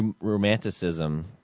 romanticism